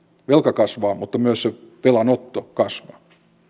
velka kasvaa mutta myös se velanotto kasvaa